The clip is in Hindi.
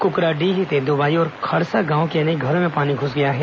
कुकराडीह तेंद्रवाही और खड़सा गांव के अनेक घरों में पानी घुस गया है